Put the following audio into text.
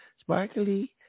Sparkly